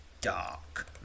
dark